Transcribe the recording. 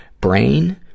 Brain